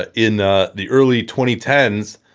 ah in ah the early twenty ten s,